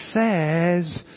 says